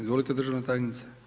Izvolite državna tajnice.